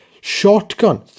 Shotgun